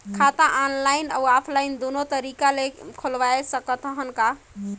खाता ऑनलाइन अउ ऑफलाइन दुनो तरीका ले खोलवाय सकत हन का?